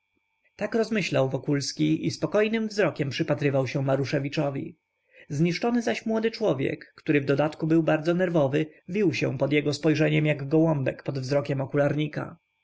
tak rozmyślał wokulski i spokojnym wzrokiem przypatrywał się maruszewiczowi zniszczony zaś młody człowiek który w dodatku był bardzo nerwowy wił się pod jego spojrzeniem jak gołąbek pod wzrokiem